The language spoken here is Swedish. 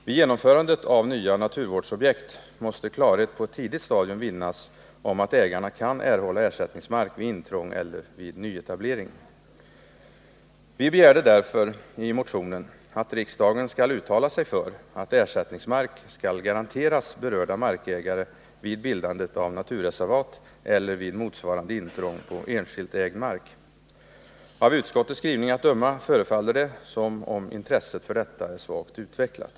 Vid genomförandet av nya naturvårdsobjekt måste klarhet på ett tidigt stadium vinnas om att ägarna kan erhålla ersättningsmark vid intrång eller nyetablering. Vi begärde därför i motionen att riksdagen skall uttala sig för att ersättningsmark skall garanteras berörda markägare vid bildandet av naturreservat eller vid motsvarande intrång på enskilt ägd mark. Av utskottets skrivning att döma förefaller det som om intresset för detta är svagt utvecklat.